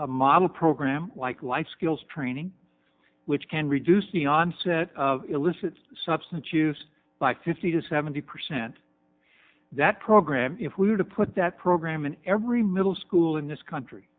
a model program like life skills training which can reduce the onset of illicit substance use by fifty to seventy percent that program if we were to put that program in every middle school in this country